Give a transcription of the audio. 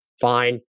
fine